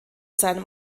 seinem